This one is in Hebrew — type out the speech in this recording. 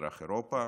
במזרח אירופה,